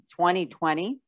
2020